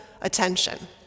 attention